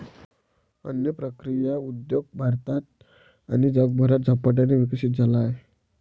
अन्न प्रक्रिया उद्योग भारतात आणि जगभरात झपाट्याने विकसित झाला आहे